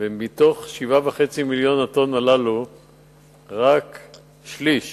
ומתוכה רק שליש